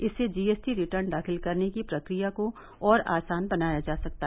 इससे G S T return दाख़िल करने की प्रक्रिया को और आसान बनाया जा सकेगा